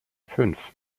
fünf